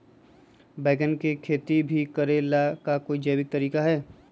बैंगन के खेती भी करे ला का कोई जैविक तरीका है?